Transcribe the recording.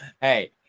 Hey